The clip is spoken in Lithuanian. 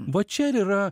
va čia ir yra